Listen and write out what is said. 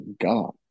God